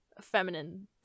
feminine